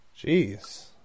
Jeez